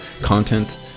content